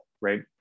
right